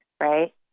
right